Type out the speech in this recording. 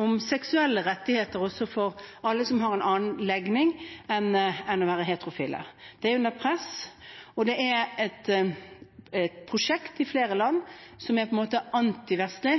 om seksuelle rettigheter også for dem som har en annen legning enn det å være heterofil. Det er under press, og det er et prosjekt i flere land som på en måte er antivestlig,